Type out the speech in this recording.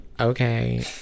okay